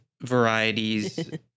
varieties